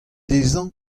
dezhañ